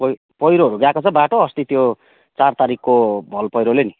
प पहिरोहरू गएको छ बाटो अस्ति त्यो चार तारिखको भल पहिरोले नि